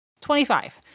25